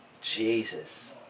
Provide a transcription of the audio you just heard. Jesus